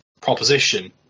proposition